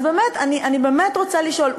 אני באמת רוצה לשאול,